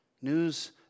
News